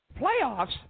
Playoffs